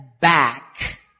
back